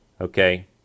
Okay